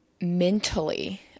mentally